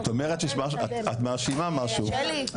את מאשימה משהו,